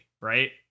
right